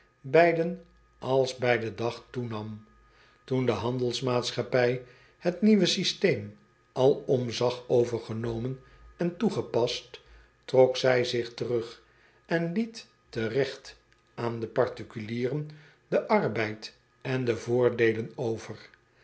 beiden als bij den dag toenam oen de andelmaatschappij het nieuwe systeem alom zag overgenomen en toegepast trok zij zich terug en liet te regt aan de particulieren den arbeid en de voordeelen over